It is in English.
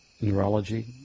neurology